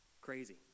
crazy